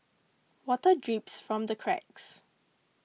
water drips from the cracks